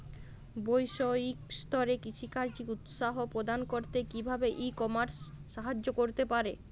বৈষয়িক স্তরে কৃষিকাজকে উৎসাহ প্রদান করতে কিভাবে ই কমার্স সাহায্য করতে পারে?